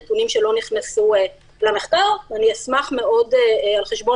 נתונים שלא נכנסו למחקר אשמח מאוד על חשבון